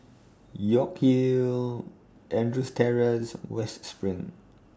York Hill Andrews Terrace West SPRING